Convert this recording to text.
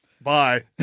bye